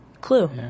clue